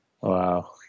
Wow